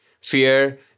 fear